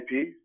IP